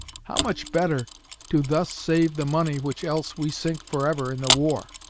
how much better to thus save the money which else we sink forever in the war!